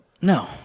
No